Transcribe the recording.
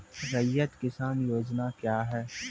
रैयत किसान योजना क्या हैं?